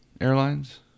Airlines